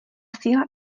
síla